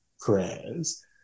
prayers